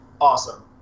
Awesome